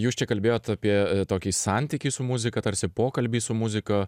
jūs čia kalbėjote apie tokį santykį su muzika tarsi pokalbį su muzika